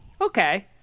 Okay